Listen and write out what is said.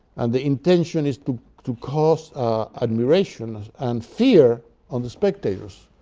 and the intention is to to cause admiration and fear on the spectators.